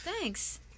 Thanks